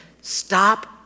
stop